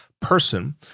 person